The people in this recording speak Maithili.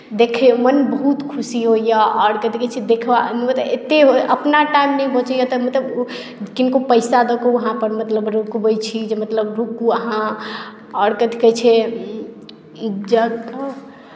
देखयमे मन बहुत खुशी होइए आओर कथी कहैत छै मतलब एतेक अपना टाइम नहि बचैए तऽ मतलब किनको पैसा दऽ कऽ वहाँपर मतलब रुकबैत छी जे मतलब रुकू अहाँ आओर कथी कहैत छै जतय